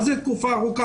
מה זה תקופה ארוכה?